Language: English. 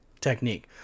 technique